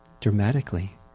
dramatically